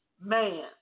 man